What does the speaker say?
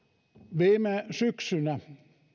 viime syksynä